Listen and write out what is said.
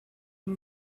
and